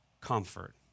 comfort